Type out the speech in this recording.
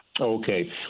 Okay